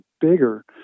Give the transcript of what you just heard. bigger